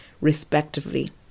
respectively